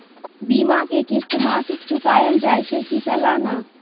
बीमा के किस्त मासिक चुकायल जाए छै की सालाना?